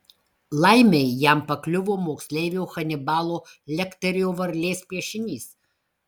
laimei jam pakliuvo moksleivio hanibalo lekterio varlės piešinys